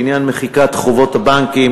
בעניין מחיקת חובות הבנקים